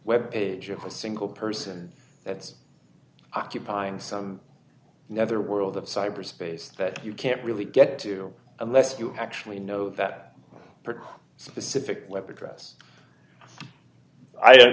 web page of a single person that's occupying some netherworld of cyberspace that you can't really get to unless you actually know that part specific web address i